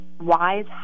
wise